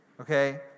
Okay